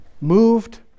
moved